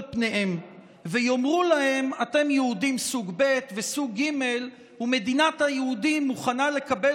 פניהם ויאמרו להם: אתם יהודים סוג ב' וסוג ג'; מדינת היהודים מוכנה לקבל